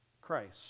Christ